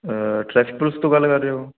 traffic police ਤੋਂ ਗੱਲ ਕਰ ਰਹੇ ਹੋ